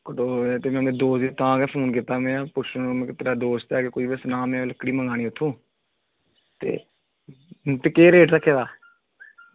कटोए ते उनेंगी दो में तां गै फोन कीता के में पुच्छङ मेरा दोस्त ऐ इक कोई सना में लक्कड़ी मंगानी उत्थों ते ते केह् रेट रक्खे दा